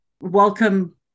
welcome